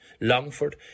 Longford